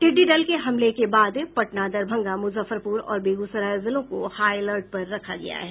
टिड़डी दल के हमले के बाद पटना दरभंगा मूजफ्फरपूर और बेगूसराय जिलों को हाई अलर्ट पर रखा गया है